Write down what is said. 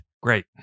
great